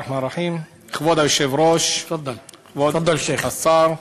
כבוד היושב-ראש, כבוד השר,